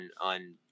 on